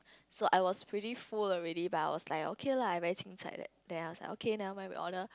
so I was pretty full already but I was like okay lah I very then I was like okay never mind we order